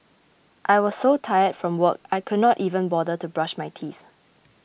I was so tired from work I could not even bother to brush my teeth